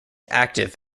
active